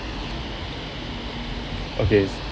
okay